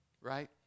Right